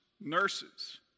nurses